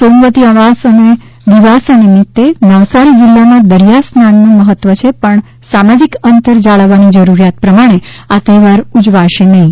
સોમવતી અમાસ અને દીવાસા નિમિત્તે નવસારી જિલ્લામાં દરિયા સ્નાનનું મહત્વ છે પણ સામાજિક અંતર જાળવવાની જરૂરિયાત પ્રમાણે આ તહેવાર ઉજવાશે નહીં